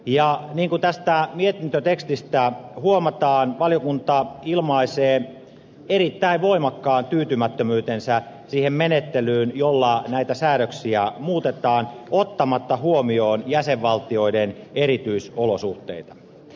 niin kuin tästä mietintötekstistä huomataan valiokunta ilmaisee erittäin voimakkaan tyytymättömyytensä siihen menettelyyn jolla näitä säädöksiä muutetaan ottamatta huomioon jäsenvaltioiden erityisolosuhteita